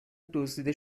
دزدیده